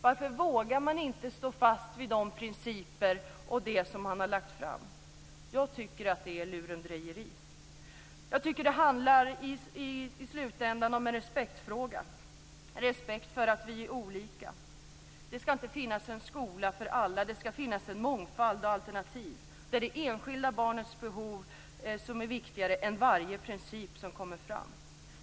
Varför vågar man inte stå fast vid de principer och de förslag som man har lagt fram? Jag tycker att det är lurendrejeri. Jag tycker att det i slutänden är en respektfråga, respekt för att vi är olika. Det ska inte finnas en skola för alla. Det ska finnas en mångfald och alternativ, där det enskilda barnets behov är viktigare än varje princip som kommer fram.